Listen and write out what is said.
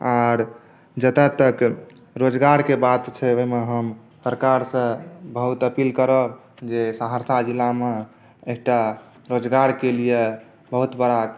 आर जतऽ तक रोजगारके बात छै ओहिमे हम सरकारसँ बहुत अपील करब जे सहरसा जिलामे एकटा रोजगारके लिए बहुत बड़ा